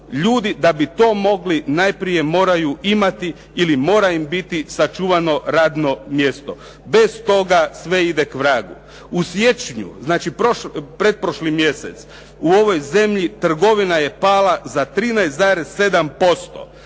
ljudi da bi to mogli, najprije moraju imati ili im mora biti sačuvano radno mjesto. Bez toga sve ide k vragu. U siječnju, znači pretprošli mjesec, u ovoj zemlji, trgovina je pala za 13,7%,